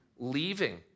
leaving